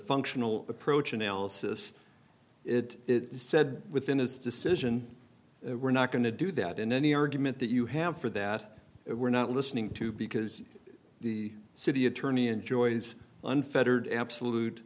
functional approach analysis it said within his decision we're not going to do that in any argument that you have for that we're not listening to because the city attorney enjoys unfettered absolute